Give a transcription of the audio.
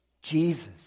Jesus